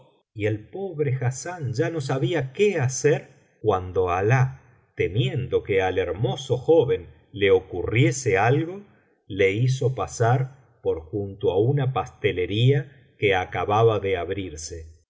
y el pobre hassán ya no sabía qué hacer cuando alah temiendo que al hermoso joven le ocurriese algo le hizo pasar por junto á una pastelería que acababa de abrirse y